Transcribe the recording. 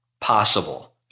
possible